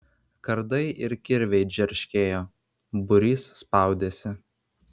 kardai ir kirviai džerškėjo būrys spaudėsi